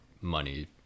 money